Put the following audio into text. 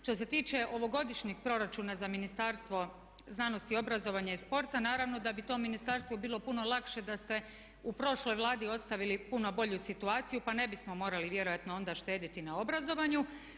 Što se tiče ovogodišnjeg proračuna za Ministarstvo znanosti, obrazovanja i sporta naravno da bi tom ministarstvu bilo puno lakše da ste u prošloj Vladi ostavili puno bolju situaciju, pa ne bismo morali vjerojatno onda štediti na obrazovanju.